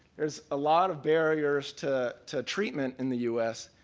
there's a lot of barriers to to treatment in the u s,